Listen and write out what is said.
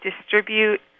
distribute